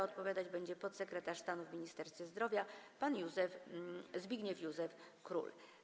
Odpowiadać będzie podsekretarz stanu w Ministerstwie Zdrowia pan Zbigniew Józef Król.